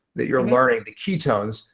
that you're learning the ketones,